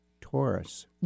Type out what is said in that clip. Taurus